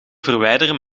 verwijderen